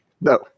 No